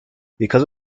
because